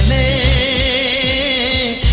a